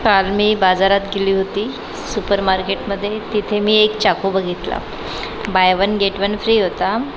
काल मी बाजारात गेली होती सुपरमार्केटमध्ये तिथे मी एक चाकू बघितला buy one get one free होता